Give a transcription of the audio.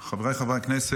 חבריי חברי הכנסת,